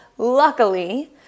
Luckily